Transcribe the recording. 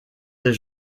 des